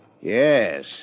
Yes